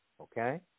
okay